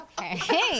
Okay